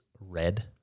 red